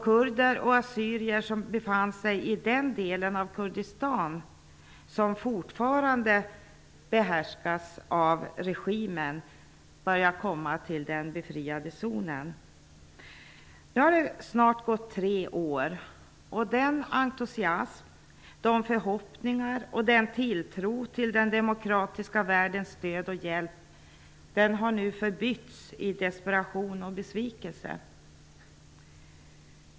Kurdistan som fortfarande behärskades av regimen började att komma till den befriade zonen. Det har nu snart gått tre år. Den entusiasm, de förhoppningar och tilltron till den demokratiska världens stöd och hjälp har nu förbytts i desperation och besvikelse.